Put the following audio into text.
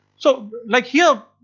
so like here,